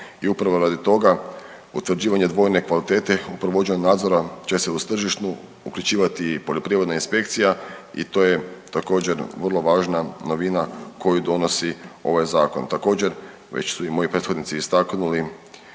i upravo radi toga utvrđivanje dvojne kvalitete u provođenju nadzora će se uz tržišnu uključivati i poljoprivredna inspekcija i to je također vrlo važna novina koju donosi ovaj zakon. Također već su i moji prethodnici istaknuli